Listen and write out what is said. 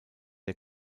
der